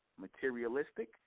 materialistic